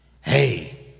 hey